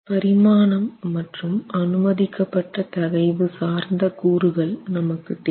பரிமாணம் மற்றும் அனுமதிக்கப்பட்ட தகைவு சார்ந்த கூறுகள் நமக்கு தேவை